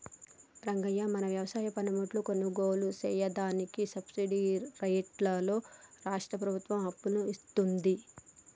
రంగయ్య మన వ్యవసాయ పనిముట్లు కొనుగోలు సెయ్యదానికి సబ్బిడి రేట్లతో రాష్ట్రా ప్రభుత్వం అప్పులను ఇత్తుంది